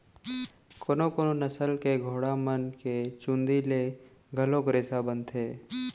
कोनो कोनो नसल के घोड़ा मन के चूंदी ले घलोक रेसा बनथे